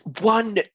one